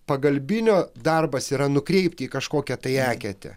pagalbinio darbas yra nukreipti į kažkokią tai eketę